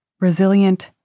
resilient